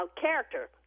character